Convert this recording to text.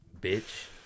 Bitch